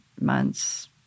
months